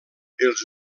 els